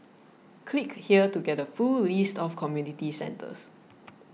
click here to get a full list of community centres